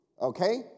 okay